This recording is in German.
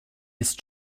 ist